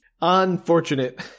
Unfortunate